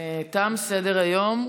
תם סדר-היום.